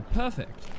perfect